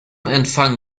empfang